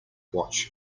watch